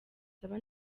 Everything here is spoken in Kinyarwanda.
saba